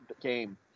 game